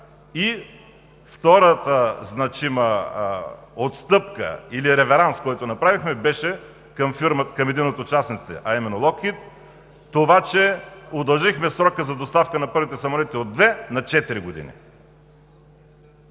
Втората значима отстъпка или реверанс, който направихме, беше към един от участниците, а именно „Локхийд“ – удължихме срока за доставка на първите самолети от две на четири години.